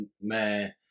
Man